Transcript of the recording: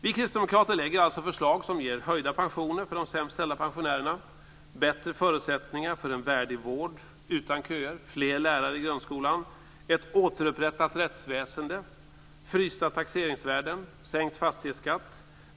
Vi kristdemokrater lägger alltså fram förslag som ger höjda pensioner för de sämst ställda pensionärerna, bättre förutsättningar för en värdig vård utan köer, fler lärare i grundskolan, ett återupprättat rättsväsende, frysta taxeringsvärden och sänkt fastighetskatt.